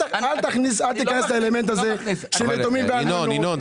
אל תיכנס לאלמנט הזה של יתומים ואלמנות.